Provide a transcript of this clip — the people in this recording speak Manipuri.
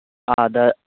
ꯑꯥꯗ